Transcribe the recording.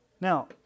Now